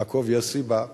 יעקב, יש סיבה.